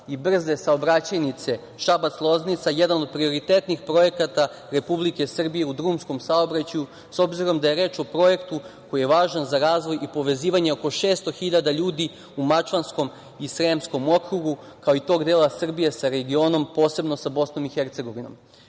i brze saobraćajnice Šabac-Loznica jedan od prioritetnih projekata Republike Srbije u drumskom saobraćaju, s obzirom da je reč o projektu koji je važan i povezivanje oko 600 hiljada ljudi u Mačvanskom i Sremskom okrugu, kao i tog dela Srbije sa regionom, posebno sa BiH.Njegovom